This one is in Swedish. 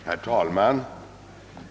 Herr talman!